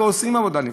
ועושים עבודה נפלאה.